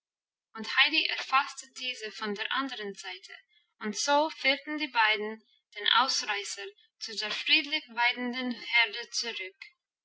und heidi erfasste diese von der anderen seite und so führten die beiden den ausreißer zu der friedlich weidenden herde zurück